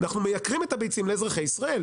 אנחנו מייקרים את הביצים לאזרחי ישראל.